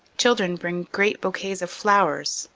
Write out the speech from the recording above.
children bring great bouquets of flowers,